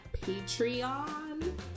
Patreon